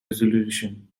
resolution